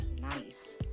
nice